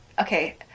okay